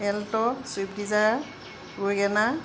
Alto Swift Dzire Wagon R